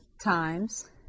times